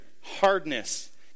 hardness